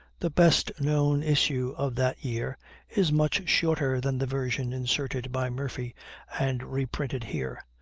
the best known issue of that year is much shorter than the version inserted by murphy and reprinted here,